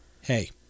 hey